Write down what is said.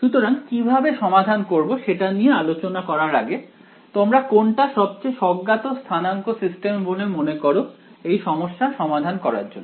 সুতরাং কিভাবে সমাধান করব সেটা নিয়ে আলোচনা করার আগে তোমরা কোনটা সবচেয়ে স্বজ্ঞামূলক স্থানাঙ্ক সিস্টেম বলে মনে কর এই সমস্যা সমাধান করার জন্য